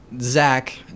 Zach